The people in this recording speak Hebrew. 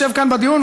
יושב כאן בדיון,